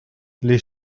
les